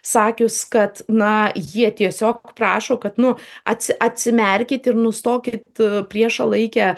sakius kad na jie tiesiog prašo kad nu ats atsimerkit ir nustokit priešą laikę